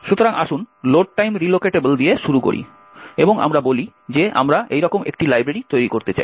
সুতরাং আসুন load time relocatable দিয়ে শুরু করি এবং আমরা বলি যে আমরা এইরকম একটি লাইব্রেরি তৈরি করতে চাই